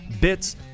bits